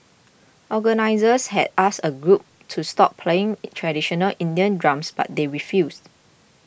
organisers had asked a group to stop playing traditional Indian drums but they refused